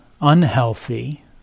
unhealthy